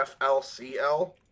FLCL